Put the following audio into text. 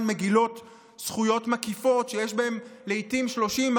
מגילות זכויות מקיפות שיש בהן לעיתים 30,